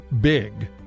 big